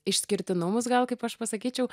išskirtinumus gal kaip aš pasakyčiau